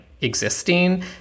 existing